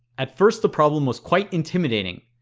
at first the problem was quite intimidating,